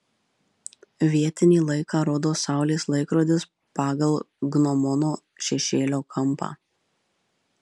vietinį laiką rodo saulės laikrodis pagal gnomono šešėlio kampą